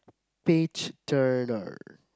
page turner